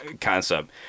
concept